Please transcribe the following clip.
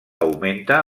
augmenta